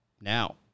now